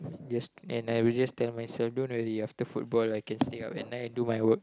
just and I will just tell myself don't worry after football I can stay up at night and do my work